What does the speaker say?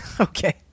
Okay